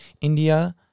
India